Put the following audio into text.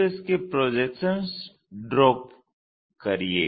तो इसके projections draw करिए